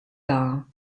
dar